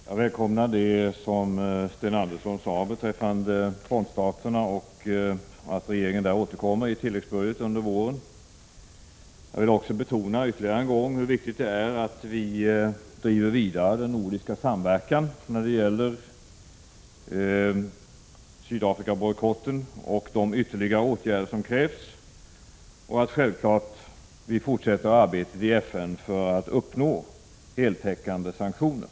Herr talman! Jag välkomnar det som Sten Andersson sade beträffande frontstaterna, nämligen att regeringen därvidlag återkommer i tilläggsbudgeten under våren. Jag vill ytterligare än en gång betona hur viktigt det är att vi fortsätter det nordiska samarbetet när det gäller bojkott mot Sydafrika och de olika åtgärder som krävs samt att vi självfallet fortsätter arbetet i FN för att uppnå heltäckande sanktioner.